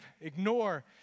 ignore